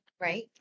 Right